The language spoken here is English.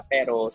Pero